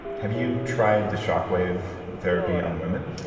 have you tried the shockwave therapy on women?